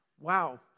Wow